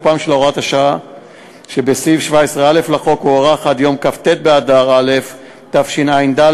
תוקפה של הוראת השעה שבסעיף 17א לחוק הוארך עד יום כ"ט באדר א' תשע"ד,